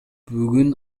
бүгүн